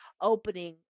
opening